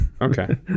Okay